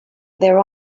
their